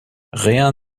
rien